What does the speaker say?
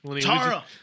Tara